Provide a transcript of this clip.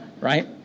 right